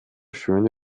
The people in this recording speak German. schöne